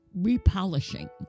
repolishing